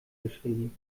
geschrieben